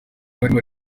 barimo